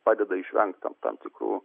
padeda išvengti tam tam tikrų